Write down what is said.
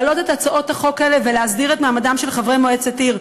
להעלות את הצעות החוק האלה ולהסדיר את מעמדם של חברי מועצת עיר.